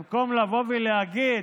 במקום לבוא ולהגיד,